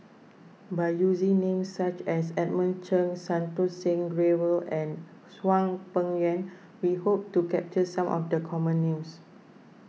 by using names such as Edmund Cheng Santokh Singh Grewal and Hwang Peng Yuan we hope to capture some of the common names